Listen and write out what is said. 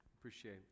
Appreciate